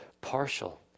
partial